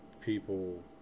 people